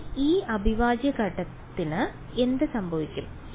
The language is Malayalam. അപ്പോൾ ഈ അവിഭാജ്യഘടകത്തിന് എന്ത് സംഭവിക്കും